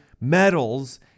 metals